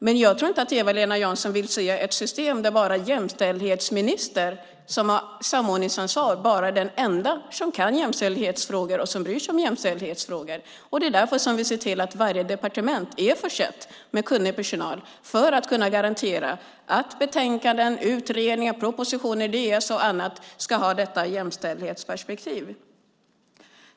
Jag tror dock inte att Eva-Lena Jansson vill se ett system där jämställdhetsministern med samordningsansvar är den enda som kan jämställdhetsfrågor och bryr sig om dem. Vi ser därför till att varje departement är försett med kunnig personal för att kunna garantera att betänkanden, utredningar, propositioner, Departementsserien och annat har detta jämställdhetsperspektiv.